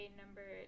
number